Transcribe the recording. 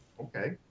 Okay